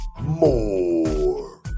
more